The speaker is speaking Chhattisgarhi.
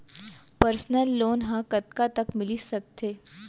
पर्सनल लोन ह कतका तक मिलिस सकथे?